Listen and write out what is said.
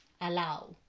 allow